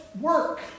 work